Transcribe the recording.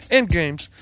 Endgames